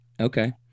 Okay